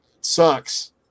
sucks